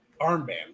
armband